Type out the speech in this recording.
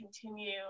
continue